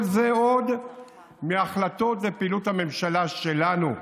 כל זה עוד מההחלטות והפעילות של הממשלה שלנו.